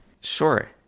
Sure